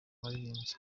baririmbyi